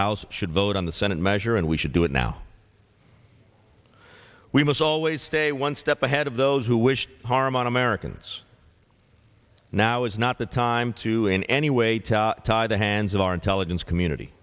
house should vote on the senate measure and we should do it now we must always stay one step ahead of those who wish harm on americans now is not the time to in any way to tie the hands of our intelligence community